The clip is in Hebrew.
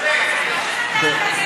זה אומר שבגנים לאומיים יהיה אפשר לבנות,